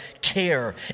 care